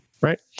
right